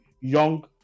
Young